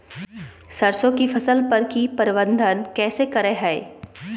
सरसों की फसल पर की प्रबंधन कैसे करें हैय?